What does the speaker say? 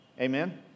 Amen